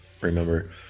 remember